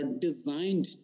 designed